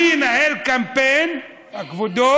תוביל קמפיין נגד יהודים.